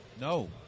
no